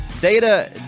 Data